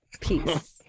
Peace